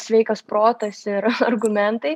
sveikas protas ir argumentai